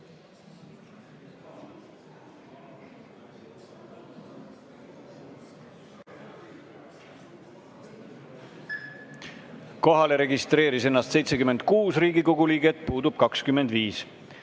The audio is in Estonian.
Kohalolijaks registreeris ennast 76 Riigikogu liiget, puudub 25.Ja